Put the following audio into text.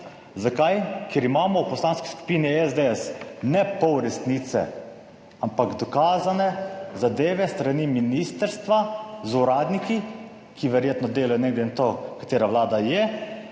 zakaj, ker imamo v Poslanski skupini SDS ne pol resnice, ampak dokazane zadeve s strani ministrstva z uradniki, ki verjetno delajo, ne glede na to katera Vlada je,